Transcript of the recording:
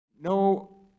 No